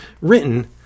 written